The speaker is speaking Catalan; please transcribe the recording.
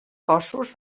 cossos